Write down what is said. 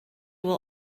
will